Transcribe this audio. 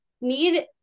Need